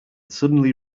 suddenly